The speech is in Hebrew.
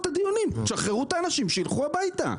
תשחררו את האנשים, שילכו הביתה.